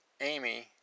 Amy